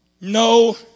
No